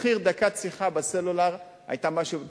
מחיר דקת שיחה בסלולר היה משהו כמו,